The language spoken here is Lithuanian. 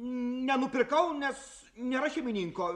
nenupirkau nes nėra šeimininko